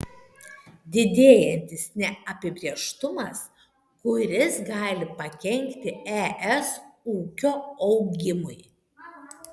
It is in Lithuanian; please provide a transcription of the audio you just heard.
didėjantis neapibrėžtumas kuris gali pakenkti es ūkio augimui